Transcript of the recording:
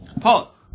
Paul